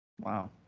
Wow